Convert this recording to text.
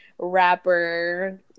Rapper